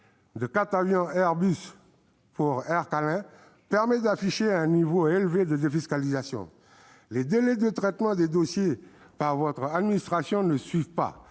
avions Airbus par Aircalin, permettent d'afficher un niveau élevé de défiscalisation. Les délais de traitement des dossiers par votre administration ne suivent pas.